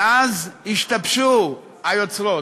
מאז השתבשו היוצרות,